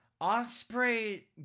Osprey